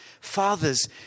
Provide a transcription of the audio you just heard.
fathers